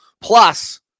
Plus